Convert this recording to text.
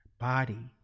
body